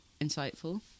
insightful